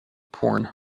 porn